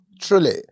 Truly